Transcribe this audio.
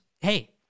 hey